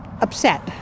upset